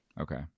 Okay